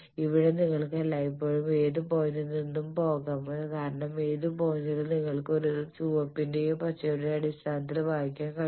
ഇവിടെ നിങ്ങൾക്ക് എല്ലായ്പ്പോഴും ഏത് പോയിന്റിൽ നിന്നും പോകാം കാരണം ഏത് പോയിന്റിലും നിങ്ങൾക്ക് അത് ചുവപ്പിന്റെയോ പച്ചയുടെയോ അടിസ്ഥാനത്തിൽ വായിക്കാൻ കഴിയും